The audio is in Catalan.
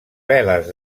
veles